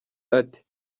ati